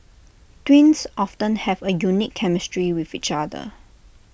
twins often have A unique chemistry with each other